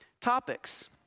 topics